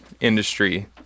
industry